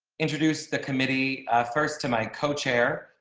introduce the committee first to my co chair.